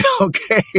Okay